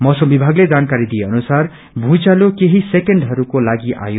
मौसम विमागले जानकारी दिए अनुसार पूईचालो केही सेकेण्डहरूको तागि आयो